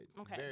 Okay